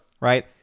right